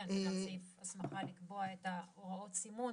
כן, וגם סעיף הסמכה לקבוע את הוראות הסימון.